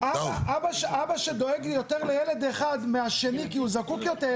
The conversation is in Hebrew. אבא שדואג יותר לילד אחד מהשני כי הוא זקוק יותר,